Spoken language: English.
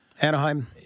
Anaheim